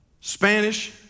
Spanish